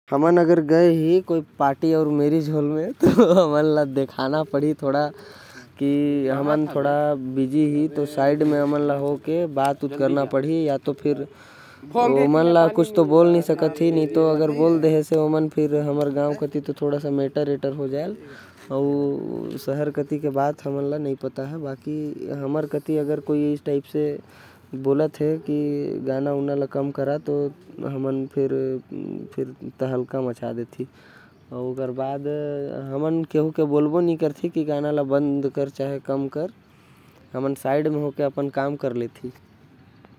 पार्टी मन में mobile phone पर किनारे हो कर बात करे के चाही। और एकस करे में बात भी हो जाहि अउ केकरो के डिस्टर्ब भी नहीं होही। एकर बर पार्टी में बात किनारे करे के चाही बाद में पार्टी में घुस जाहे के चाही। अगर उमन के कुछ बोले के पड़थे तो बवाल हो जाथे। हमर गांव कति हमन न साउंड कम करे बर बोलथी न गाना बदले बर बोलथी। शहर के हमन नहीं जानी यहाँ तो झगड़ा हो जाथे।